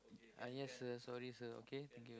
uh yes sir sorry sir okay thank you